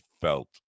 felt